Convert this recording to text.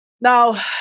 Now